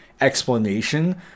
explanation